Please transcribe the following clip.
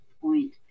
point